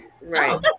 Right